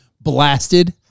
blasted